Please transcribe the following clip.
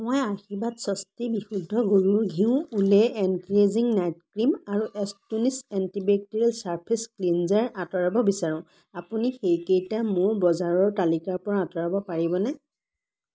মই আশীৰ্বাদ স্বস্তি বিশুদ্ধ গৰুৰ ঘিঁউ Olay anti ageing night cream আৰু এষ্ট'নিছ এন্টিবেক্টেৰিয়েল ছাৰ্ফেচ ক্লিনজাৰ আঁতৰাব বিচাৰোঁ আপুনি সেইকেইটা মোৰ বজাৰৰ তালিকাৰ পৰা আঁতৰাব পাৰিবনে